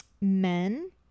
men